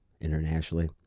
internationally